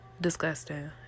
Disgusting